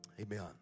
amen